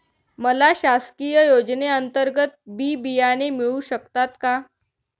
मला शासकीय योजने अंतर्गत बी बियाणे मिळू शकतात का?